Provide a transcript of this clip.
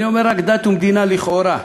אני אומר רק, דת ומדינה לכאורה,